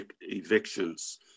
evictions